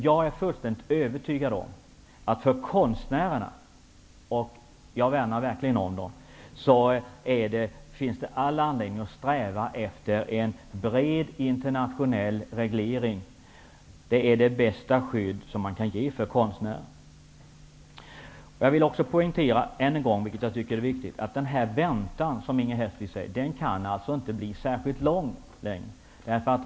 Jag är fullständigt övertygad om att konstnärerna -- och jag värnar verkligen om dem -- har all anledning att sträva efter en bred internationell reglering. Det är det bästa skydd som man kan ge konstnärerna. Jag vill poängtera än en gång att denna väntan inte kan bli särskilt lång.